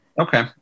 Okay